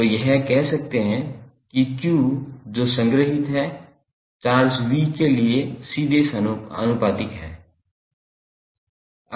तो यह कह सकते हैं कि q जो संग्रहित है चार्ज v के लिए सीधे आनुपातिक है